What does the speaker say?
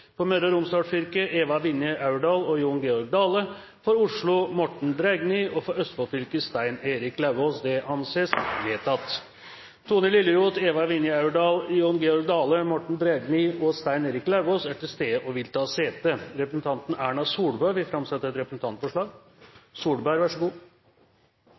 For Møre og Romsdal fylke: Eva Vinje Aurdal og Jon Georg Dale For Oslo: Morten Drægni For Østfold fylke: Stein Erik Lauvås Det anses vedtatt. Tone Liljeroth, Eva Vinje Aurdal, Jon Georg Dale, Morten Drægni og Stein Erik Lauvås er til stede og vil ta sete. Representanten Erna Solberg vil framsette et